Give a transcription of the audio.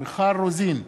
מיכל רוזין,